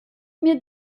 mir